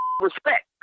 respect